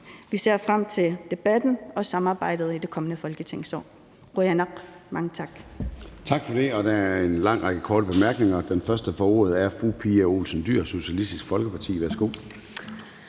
Vi ser frem til debatten og samarbejdet i det kommende folketingsår. Qujanaq – mange tak.